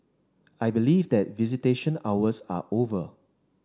I believe that visitation hours are over